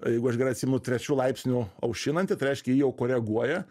jeigu aš gerai atsimenu trečiu laipsniu aušinanti tai reiškia ji jau koreguoja